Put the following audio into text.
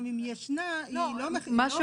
גם אם היא ישנה היא לא --- לא,